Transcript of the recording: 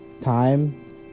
time